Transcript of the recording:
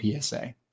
psa